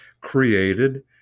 created